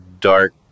dark